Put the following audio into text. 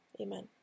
amen